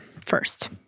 first